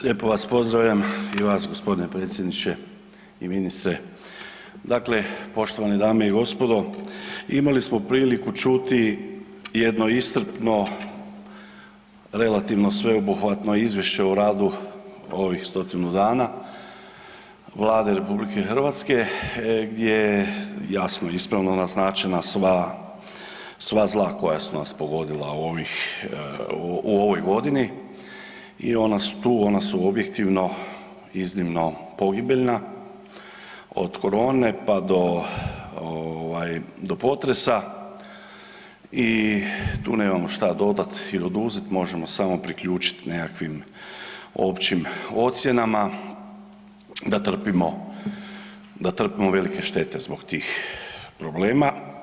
Lijepo vas pozdravljam i vas gospodine predsjedniče i ministre, dakle poštovane dame i gospodo imali smo priliku čuti jedno iscrpno relativno sveobuhvatno izvješće o radu ovih 100-tinu dana Vlade RH gdje je jasno ispravno naznačena sva, sva zla koja su nas pogodila u ovih, u ovoj godini i ona su tu, ona su objektivno iznimno pogibeljna, od korone pa do ovaj do potresa i tu nemamo šta dodat i oduzet možemo samo priključiti nekakvim općim ocjenama da trpimo, da trpimo velike štete zbog tih problema.